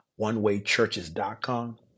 onewaychurches.com